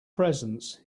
presence